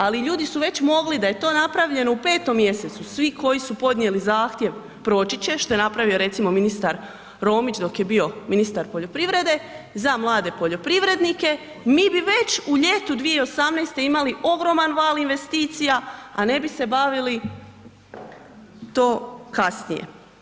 Ali ljudi su već mogli, da je to napravljeno u 5. mj., svi koji su podnijeli zahtjev, proći će, što na napravio ministar Romić dok je bio ministar poljoprivrede, za mlade poljoprivrednike, mi bi već u ljetu 2018. imali ogroman val investicija, a ne bi se bavili to kasnije.